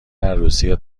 عروسی